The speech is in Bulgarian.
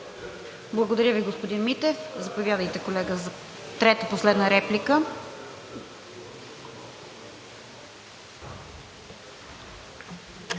Благодаря Ви, господин Митев. Заповядайте, колега, за трета, последна реплика.